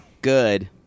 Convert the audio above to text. Good